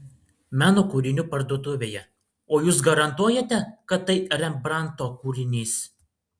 meno kūrinių parduotuvėje o jūs garantuojate kad tai rembrandto kūrinys